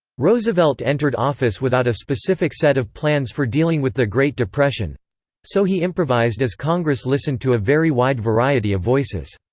roosevelt entered office without a specific set of plans for dealing with the great depression so he improvised as congress listened to a very wide variety of voices.